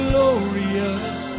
Glorious